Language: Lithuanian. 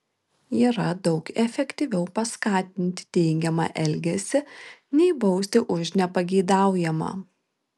yra daug efektyviau paskatinti teigiamą elgesį nei bausti už nepageidaujamą